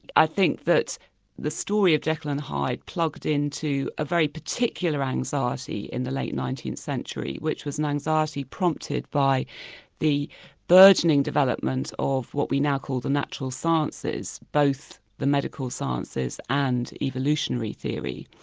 i think that the story of jekyll and hyde plugged in to a very particular anxiety in the late nineteenth century, which was an anxiety prompted by the burgeoning development of what we now call the natural sciences, both the medical sciences and evolutionary theory.